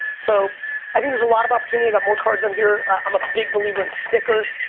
so i think there's a lot of opportunity. i got more cards on here. i'm a big believer in stickers.